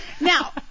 Now